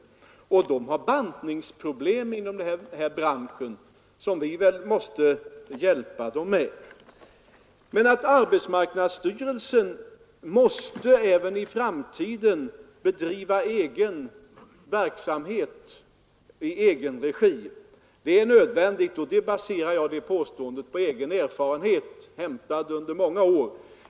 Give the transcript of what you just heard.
Den här branschen har bantningsproblem, som vi måste hjälpa till med. Men att arbetsmarknadsstyrelsen även i framtiden måste bedriva verksamhet i egenregi är nödvändigt. Det påståendet baserar jag på egen erfarenhet, inhämtad under många år.